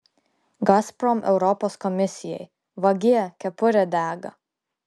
gazprom europos komisijai vagie kepurė dega